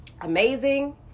amazing